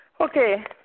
Okay